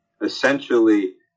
essentially